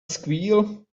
squeal